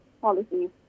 policies